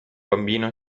bambino